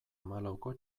hamalauko